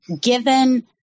given